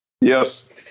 Yes